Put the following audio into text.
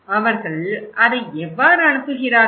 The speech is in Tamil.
அவர்கள் அதை எவ்வாறு அனுப்புகிறார்கள்